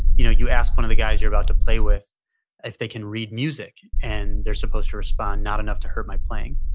you know you ask one of the guys you're about to play with if they can read music. and they're supposed to respond, not enough to hurt my playing.